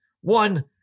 one